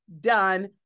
done